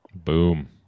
Boom